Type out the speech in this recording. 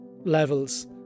levels